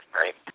right